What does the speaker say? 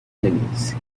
enemies